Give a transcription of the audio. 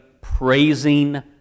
praising